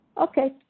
Okay